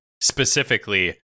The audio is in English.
specifically